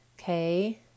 okay